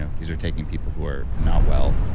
ah these are taking people who are not well,